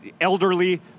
elderly